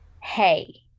Hey